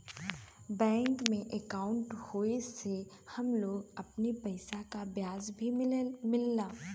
bank में अंकाउट होये से हम लोग अपने पइसा पर ब्याज भी मिलला